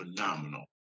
phenomenal